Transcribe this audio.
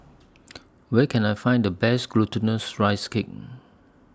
Where Can I Find The Best Glutinous Rice Cake